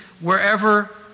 wherever